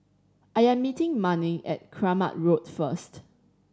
I am meeting Manning at Kramat Road first